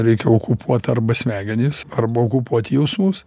reikia okupuot arba smegenis arba okupuot jausmus